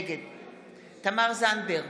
נגד תמר זנדברג,